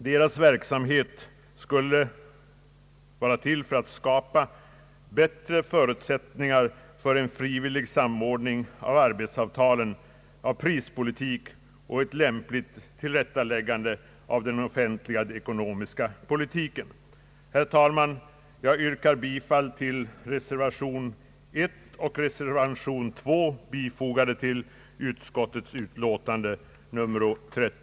Deras verksamhet skulle vara till för att skapa bättre förutsättningar för en frivillig samordning av arbetsavtalen och prispolitiken och ett lämpligt tillrättaläggande av den offentliga ekonomiska politiken.